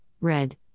red